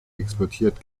exportiert